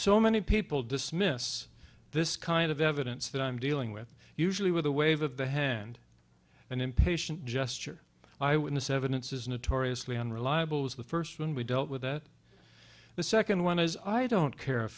so many people dismiss this kind of evidence that i'm dealing with usually with a wave of the hand an impatient gesture i would this evidence is notoriously unreliable was the first one we dealt with it the second one is i don't care